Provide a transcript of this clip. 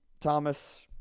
Thomas